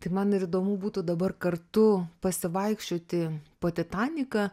tai man ir įdomu būtų dabar kartu pasivaikščioti po titaniką